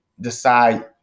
decide